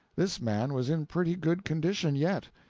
this man was in pretty good condition yet.